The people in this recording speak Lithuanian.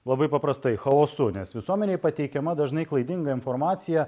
labai paprastai chaosu nes visuomenei pateikiama dažnai klaidinga informacija